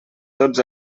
tots